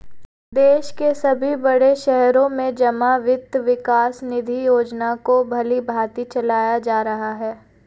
देश के सभी बड़े शहरों में जमा वित्त विकास निधि योजना को भलीभांति चलाया जा रहा है